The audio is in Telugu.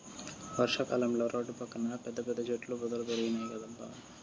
వర్షా కాలంలో రోడ్ల పక్కన పెద్ద పెద్ద చెట్ల పొదలు పెరిగినాయ్ కదబ్బా